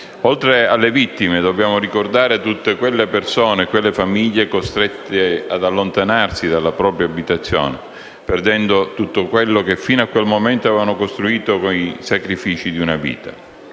Oltre alle vittime, dobbiamo ricordare tutte quelle persone e famiglie costrette ad allontanarsi dalla propria abitazione, perdendo tutto quello che fino a quel momento avevano costruito con i sacrifici di una vita.